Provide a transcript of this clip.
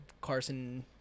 Carson